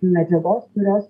medžiagos kurios